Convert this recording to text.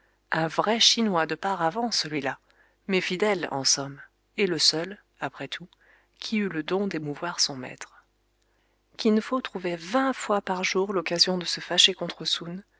un vrai chinois de paravent celui-là mais fidèle en somme et le seul après tout qui eût le don d'émouvoir son maître kin fo trouvait vingt fois par jour l'occasion de se fâcher contre soun